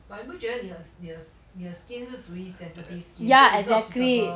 but 你不觉得你的你的你的 skin used to be sensitive then not feasible